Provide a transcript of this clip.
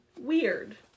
Weird